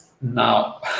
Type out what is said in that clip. now